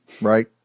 right